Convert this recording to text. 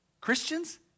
Christians